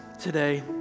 today